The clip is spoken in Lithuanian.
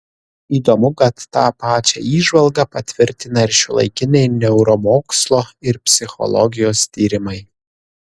įdomu kad tą pačią įžvalgą patvirtina ir šiuolaikiniai neuromokslo ir psichologijos tyrimai